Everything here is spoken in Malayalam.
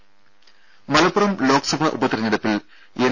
ദേദ മലപ്പുറം ലോക്സഭാ ഉപതിരഞ്ഞെടുപ്പിൽ എൻ